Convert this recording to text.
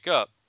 up